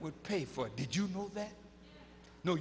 would pay for it did you prove that no